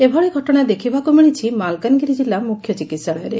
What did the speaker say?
ଏଭଳି ଘଟଣା ଦେଖିବାକୁ ମିଳିଛି ମାଲକାନଗିରି କିଲ୍ଲ ମୁଖ୍ୟ ଚିକିହାଳୟରେ